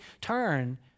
turn